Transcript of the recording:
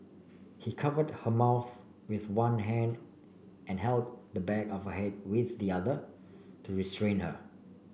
he covered her mouth with one hand and held the back of head with the other to restrain her